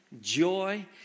joy